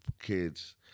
kids